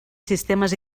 sistemes